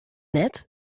net